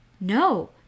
No